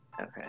Okay